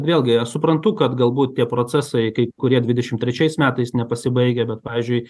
vėlgi aš suprantu kad galbūt tie procesai kai kurie dvidešim trečiais metais nepasibaigę bet pavyzdžiui